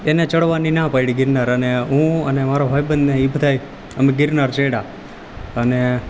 એને ચડવાની ના પાડી ગિરનાર અને હું અને મારો ભાઈબંધને એ બધાંય અમે ગિરનાર ચડ્યા અને